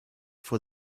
for